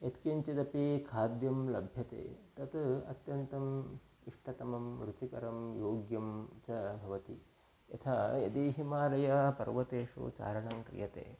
यत्किञ्चिदपि खाद्यं लभ्यते तत् अत्यन्तम् इष्टतमं रुचिकरं योग्यं च भवति यथा यदि हिमालयपर्वतेषु चारणं क्रियते